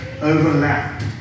overlap